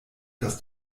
dass